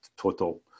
total